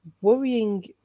worrying